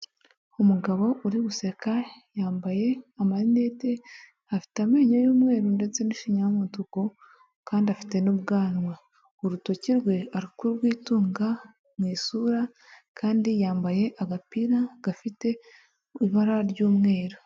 Umugabo uri guseka, yambaye amarinete, afite amenyo y'umweru ndetse n'ishinya y'umutuku kandi afite n'ubwanwa, urutoki rwe ari kurwitunga mu isura kandi yambaye agapira gafite ibara ry'umweru.